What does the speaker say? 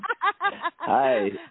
Hi